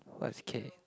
what is K